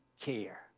care